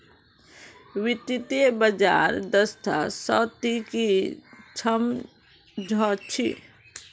वित्तीय बाजार दक्षता स ती की सम झ छि